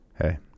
Hey